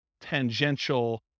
tangential